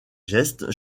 geste